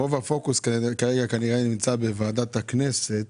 רוב הפוקוס כנראה נמצא כרגע בוועדת הכנסת